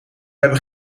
hebben